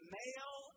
male